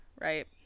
right